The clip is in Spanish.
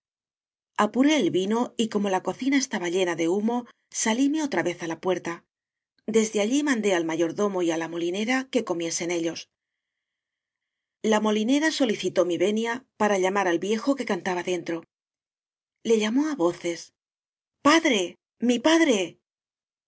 apuré el vino y como la cocina estaba llena de humo salíme otra vez á la puerta desde allí mandé al ma yordomo y á la molinera que comiesen ellos la molinera solicitó mi venia para llamar al viejo que cantaba dentro le llamó á voces padre mi padre